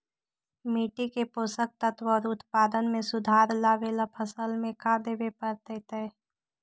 मिट्टी के पोषक तत्त्व और उत्पादन में सुधार लावे ला फसल में का देबे पड़तै तै?